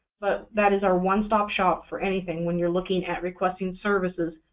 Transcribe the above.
but that is our one-stop shop for anything when you're looking at requesting services,